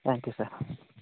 thank you sir